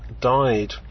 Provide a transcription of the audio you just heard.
died